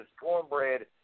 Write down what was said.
Cornbread